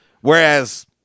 Whereas